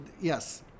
yes